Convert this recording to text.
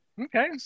Okay